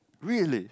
really